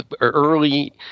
early